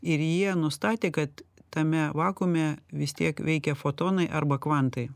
ir jie nustatė kad tame vakuume vis tiek veikė fotonai arba kvantai